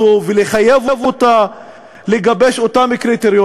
ולהגיד שבהחלט אפשר גם אחרת,